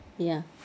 ya